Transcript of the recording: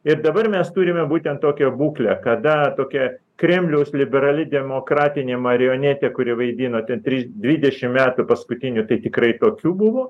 ir dabar mes turime būtent tokią būklę kada tokia kremliaus liberali demokratinė marionetė kuri vaidino ten virš dvidešimt metų paskutinių tai tikrai tokių buvo